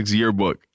yearbook